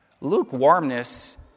Lukewarmness